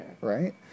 right